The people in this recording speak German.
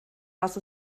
was